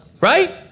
Right